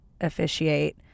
officiate